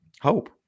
hope